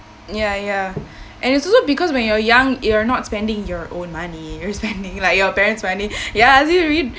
ya ya and it's also because when you're young you're not spending your own money you're spending like your parents' money ya really